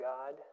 God